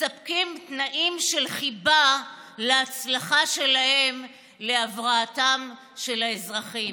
מספקים תנאים של חיבה להצלחה שלהם בהבראתם של האזרחים.